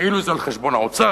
כאילו זה על חשבון האוצר.